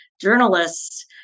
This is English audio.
journalists